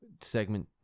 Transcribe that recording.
Segment